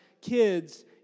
kids